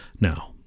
Now